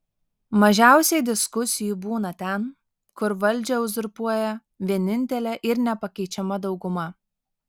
mažiausiai diskusijų būna ten kur valdžią uzurpuoja vienintelė ir nepakeičiama dauguma